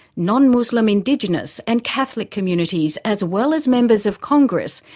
non-muslim indigenous and catholic communities as well as members of congress,